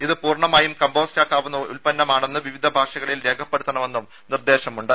ഇത് പൂർണമായും കമ്പോസ്റ്റാക്കാവുന്ന ഉത് പന്നമാണെന്ന് വിവിധ ഭാഷകളിൽ രേഖപ്പെടുത്തണമെന്നും നിർദ്ദേശമുണ്ട്